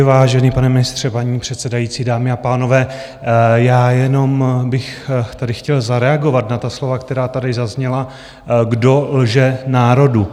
Vážený, pane ministře, paní předsedající, dámy a pánové, já jenom bych tady chtěl zareagovat na ta slova, která tady zazněla, kdo lže národu.